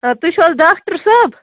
ٲں تُہۍ چھُو حظ ڈاکٹر صٲب